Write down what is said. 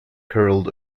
curled